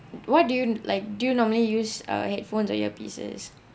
what do you like do normally use uh headphones or earpieces